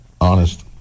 honest